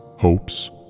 hopes